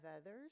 others